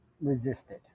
resisted